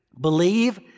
believe